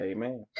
Amen